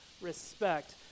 respect